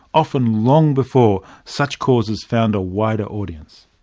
often long before such causes found a wider audience.